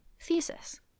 Thesis